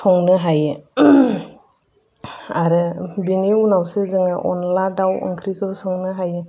संनो हायो आरो बेनि उनावसो जोङो अनला दाउ ओंख्रिखौ संनो हायो